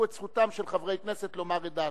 את זכותם של חברי כנסת לומר את דעתם.